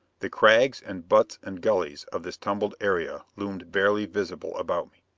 the crags and buttes and gullies of this tumbled area loomed barely visible about me.